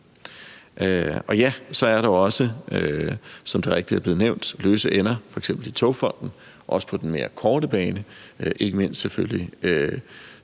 Så er der jo også, som det rigtigt er blevet nævnt, løse ender i f.eks. Togfonden DK, også på den mere korte bane – ikke mindst selvfølgelig